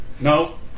No